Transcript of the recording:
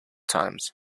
times